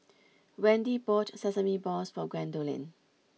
Wendy bought Sesame Balls for Gwendolyn